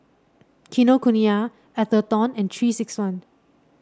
Kinokuniya Atherton and Three six one